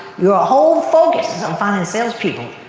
your ah whole focus is on finding salespeople.